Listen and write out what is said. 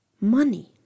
money